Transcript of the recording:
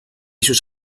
sus